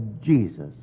Jesus